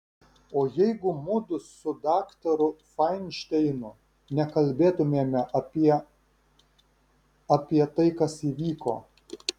o jeigu mudu su daktaru fainšteinu nekalbėtumėme apie apie tai kas įvyko